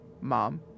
mom